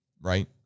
right